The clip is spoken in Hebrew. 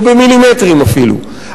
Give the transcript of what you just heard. או במילימטרים אפילו,